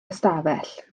ystafell